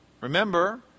remember